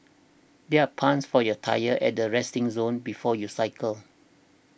there are pumps for your tyres at the resting zone before you cycle